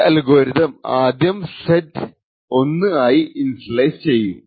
ഈ അൽഗോരിതം ആദ്യം Z 1 ആയി ഇനിഷ്യലൈസ് ചെയ്യും